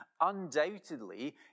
undoubtedly